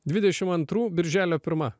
dvidešim antrų birželio pirma